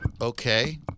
Okay